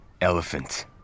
elephant